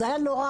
זה היה נורא,